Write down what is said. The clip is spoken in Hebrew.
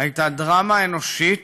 הייתה דרמה אנושית